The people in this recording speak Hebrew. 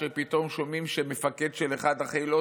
שפתאום שומעים שמפקד של אחד החילות,